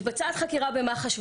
מתבצעת חקירה במח"ש,